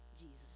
Jesus